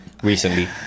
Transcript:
Recently